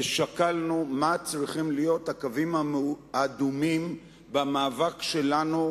ושקלנו מה צריכים להיות הקווים האדומים במאבק שלנו,